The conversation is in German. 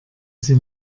sie